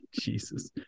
Jesus